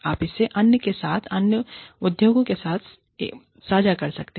आप इसे अन्य के साथ अन्य उद्योगों में साझा कर सकते हैं